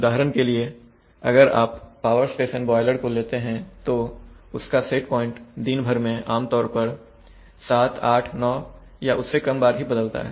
उदाहरण के लिए अगर आप पावर स्टेशन बॉयलर लेते हैं तो उसका सेट प्वाइंट दिन भर में आमतौर पर 7 8 9 बार या उससे कम बार ही बदलता है